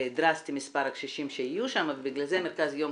דרסטי את מספר הקשישים שיהיו שם ובגלל זה מרכז היום,